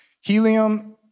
Helium